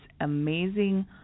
amazing